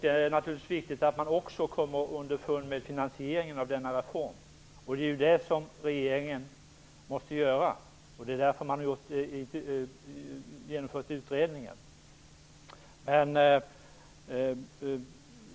Det är naturligtvis viktigt att man kommer underfund med finansieringen av denna reform, och det är det som regeringen måste göra. Det är därför man har genomfört utredningen.